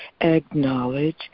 acknowledge